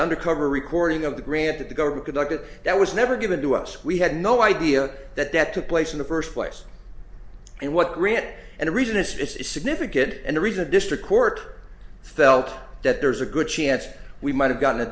undercover reporting of the grant that the government could not get that was never given to us we had no idea that that took place in the first place and what grant and the reason it's significant and the reason the district court felt that there's a good chance we might have gotten a